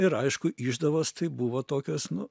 ir aišku išdavos tai buvo tokios nu